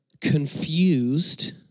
confused